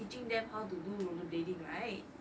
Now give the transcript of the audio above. teaching them how to do rollerblading right